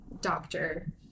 doctor